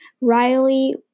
Riley